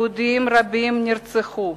יהודים רבים נרצחו,